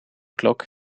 klok